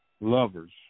lovers